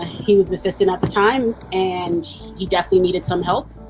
he was the assistant at the time, and he definitely needed some help.